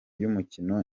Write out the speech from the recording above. y’umukino